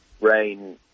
rain